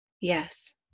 Yes